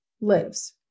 lives